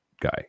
guy